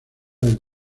del